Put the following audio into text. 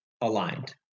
aligned